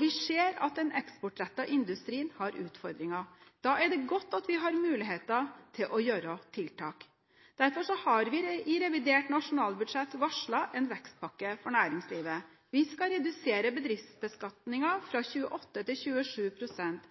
Vi ser at den eksportrettede industrien har utfordringer. Da er det godt at vi har muligheter til å gjøre tiltak. Derfor har vi i revidert nasjonalbudsjett varslet en vekstpakke for næringslivet. Vi skal redusere bedriftsbeskatningen fra 28 pst. til